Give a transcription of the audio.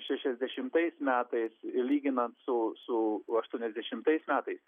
šešiasdešimtais metais lyginant su su aštuoniasdešimtais metais